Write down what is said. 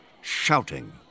shouting